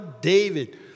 David